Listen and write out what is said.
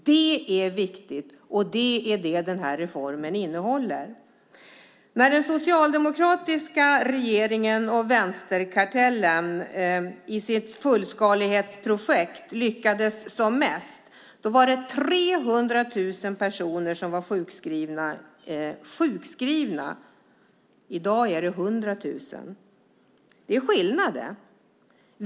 Det är viktigt, och det är det den här reformen innebär. När den socialdemokratiska regeringen och vänsterkartellen i sitt fullskalighetsprojekt lyckades som bäst var det 300 000 personer som var sjukskrivna. I dag är det 100 000. Det är skillnad.